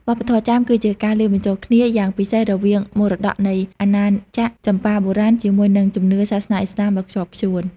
វប្បធម៌ចាមគឺជាការលាយបញ្ចូលគ្នាយ៉ាងពិសេសរវាងមរតកនៃអាណាចក្រចម្ប៉ាបុរាណ ជាមួយនឹងជំនឿសាសនាឥស្លាមដ៏ខ្ជាប់ខ្ជួន។